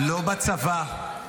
-- לא בצבא,